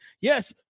Yes